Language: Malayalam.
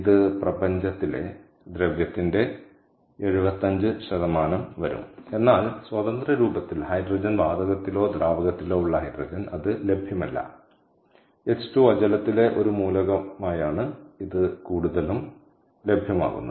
ഇത് പ്രപഞ്ചത്തിലെ ദ്രവ്യത്തിന്റെ 75 വരും എന്നാൽ സ്വതന്ത്ര രൂപത്തിൽ ഹൈഡ്രജൻ വാതകത്തിലോ ദ്രാവകത്തിലോ ഉള്ള ഹൈഡ്രജൻ അത് ലഭ്യമല്ല H2O ജലത്തിലെ ഒരു മൂലകമായാണ് ഇത് കൂടുതലും ലഭ്യമാകുന്നത്